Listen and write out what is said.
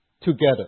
together